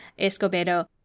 Escobedo